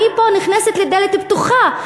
אני פה נכנסת לדלת פתוחה,